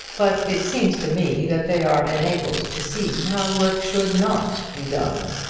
but it seems to me that they are enabled to see how work should not be done.